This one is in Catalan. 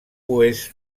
oest